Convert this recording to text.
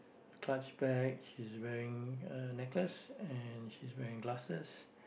clutch bag she's wearing a necklace and she's wearing glasses